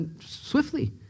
swiftly